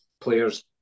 players